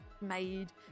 made